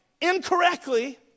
incorrectly